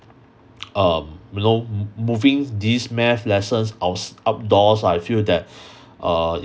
um you know moving these math lessons outs~ outdoors I feel that uh